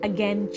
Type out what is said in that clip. Again